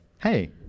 hey